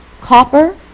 copper